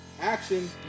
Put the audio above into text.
Action